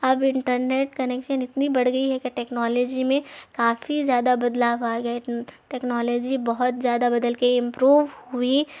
اب internet connection اتنی بڑھ گئی ہے كہ ٹيكنالوجى ميں كافى زيادہ بدلاؤ آگيا ہے ٹيكنالوجى بہت زيادہ بدل گئی ہے امپروو ہوئی